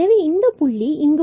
எனவே இந்த புள்ளி எங்கு உள்ளது